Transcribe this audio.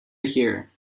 here